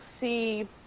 see